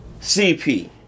CP